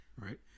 right